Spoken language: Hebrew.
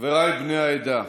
חבריי בני העדה,